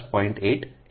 2LF 0